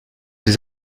des